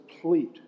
complete